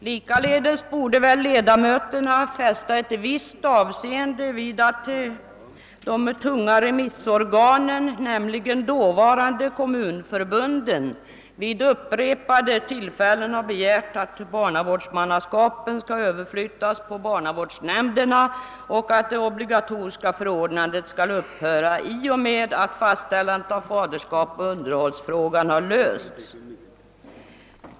Likaledes borde ledamöterna fästa ett visst avseende vid att de tunga remissorganen, nämligen dåvarande kommunförbunden, vid upprepade tillfällen har begärt att barnavårdsmannaskapen skall överflyttas på barnavårdsnämnderna och att det obligatoriska förordnandet skall upphöra i och med att fastställandet av faderskap och underhållsfrågan har lösts.